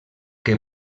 que